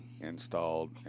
installed